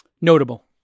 notable